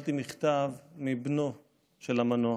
קיבלתי מכתב מבנו של המנוח,